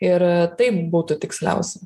ir taip būtų tiksliausia